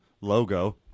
logo